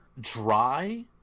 dry